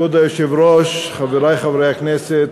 כבוד היושב-ראש, חברי חברי הכנסת,